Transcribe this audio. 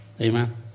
amen